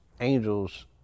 angels